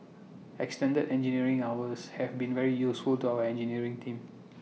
extended engineering hours have been very useful to our engineering team